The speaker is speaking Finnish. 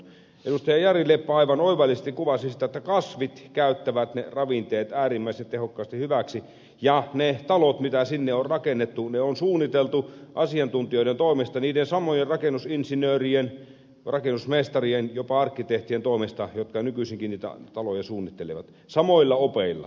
jari leppä aivan oivallisesti kuvasi sitä että kasvit käyttävät ne ravinteet äärimmäisen tehokkaasti hyväksi ja ne talot mitä sinne on rakennettu on suunniteltu asiantuntijoiden toimesta niiden samojen rakennusinsinöörien rakennusmestarien jopa arkkitehtien toimesta jotka nykyisinkin niitä taloja suunnittelevat samoilla opeilla